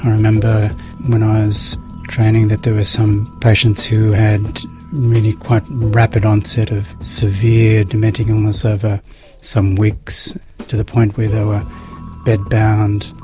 remember when i was training that there were some patients who had really quite rapid onset of severe dementing illness over some weeks to the point where they were bedbound,